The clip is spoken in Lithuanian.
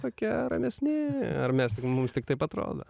tokie ramesni ar mes mums tiktai taip atrodo